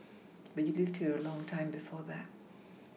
but you lived here a long time before that